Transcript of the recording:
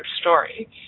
story